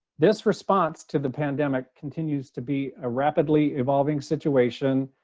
this response to the pandemic continues to be a rapidly evolving situation,